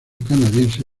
canadiense